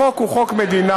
החוק הוא חוק מדינה,